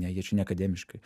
ne jie čia ne akademiškai